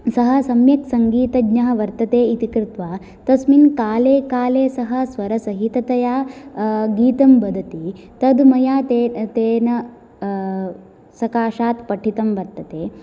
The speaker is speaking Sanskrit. सः सम्यक् सङ्गीतज्ञः वर्तते इति कृत्त्वा तस्मिन् काले काले सः स्वरसहिततया गीतं वदति तत् मया ते तेन सकाशात् पठितं वर्तते